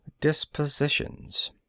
Dispositions